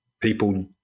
people